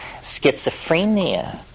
Schizophrenia